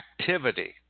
activity